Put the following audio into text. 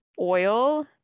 oil